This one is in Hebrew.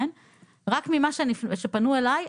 רק ממה שפנו אליי,